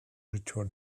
return